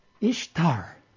Ishtar